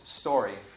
story